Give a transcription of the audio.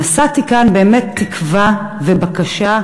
נשאתי כאן באמת תקווה ובקשה.